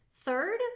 Third